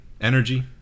energy